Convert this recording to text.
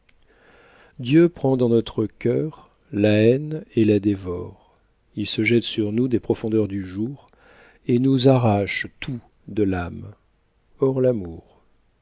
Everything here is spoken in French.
dieu prend dans notre cœur la haine et la dévore il se jette sur nous des profondeurs du jour et nous arrache tout de l'âme hors l'amour